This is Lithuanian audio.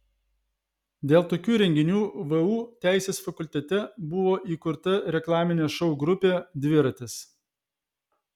dėl tokių renginių vu teisės fakultete buvo įkurta reklaminė šou grupė dviratis